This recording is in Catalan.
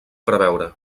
preveure